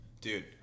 Dude